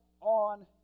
on